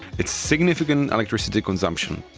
it's significant electricity consumption.